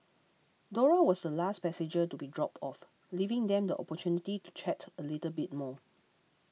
Dora was the last passenger to be dropped off leaving them the opportunity to chat a little bit more